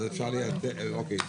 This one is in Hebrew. אז אפשר לייתר, אוקיי.